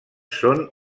són